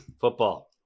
Football